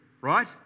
right